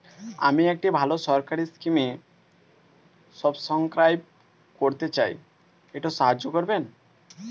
আমি একটি ভালো সরকারি স্কিমে সাব্সক্রাইব করতে চাই, একটু সাহায্য করবেন?